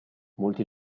molti